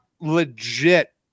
legit